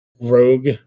rogue